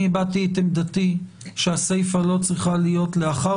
אני הבעתי את עמדתי שהסיפא לא צריכה להיות לאחר